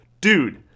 dude